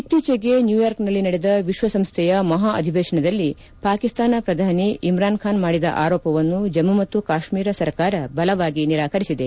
ಇತ್ತೀಚಿಗೆ ನ್ನೂಯಾರ್ಕ್ನಲ್ಲಿ ನಡೆದ ವಿಶ್ಲ ಸಂಸ್ಥೆಯ ಮಹಾ ಅಧಿವೇಶನದಲ್ಲಿ ಪಾಕಿಸ್ತಾನ ಪ್ರಧಾನಿ ಇಮ್ರಾನ್ ಖಾನ್ ಮಾಡಿದ ಆರೋಪವನ್ನು ಜಮ್ಮು ಮತ್ತು ಕಾಶ್ಮೀರ ಸರ್ಕಾರ ಬಲವಾಗಿ ನಿರಾಕರಿಸಿದೆ